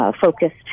focused